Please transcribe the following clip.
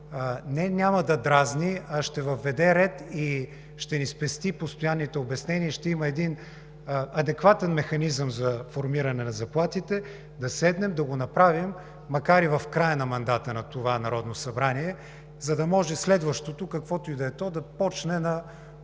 не няма да дразни, а ще въведе ред, ще ни спести постоянните обяснения и ще има адекватен механизъм за формиране на заплатите, да седнем, да го направим, макар и в края на мандата на това Народно събрание, за да може следващото, каквото и да е то, да започне на